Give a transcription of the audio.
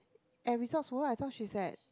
at Resorts World I thought she's at